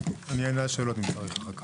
אני אענה על שאלות אם צריך, אחר כך.